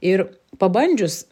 ir pabandžius